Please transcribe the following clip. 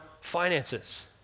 finances